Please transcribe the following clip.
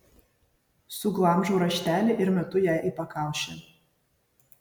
suglamžau raštelį ir metu jai į pakaušį